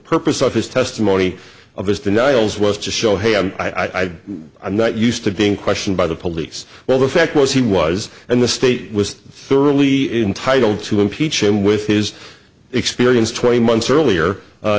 purpose of his testimony of his denials was to show hey i i'm not used to being questioned by the police well the fact was he was in the state was thoroughly entitle to impeach him with his experience twenty months earlier